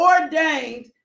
ordained